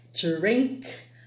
drink